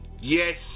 Yes